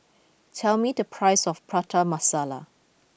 tell me the price of Prata Masala